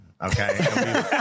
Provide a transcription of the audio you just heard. Okay